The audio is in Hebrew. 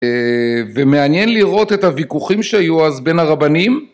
ומעניין לראות את הוויכוחים שהיו אז בין הרבנים